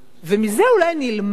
ומזה אולי אני אלמד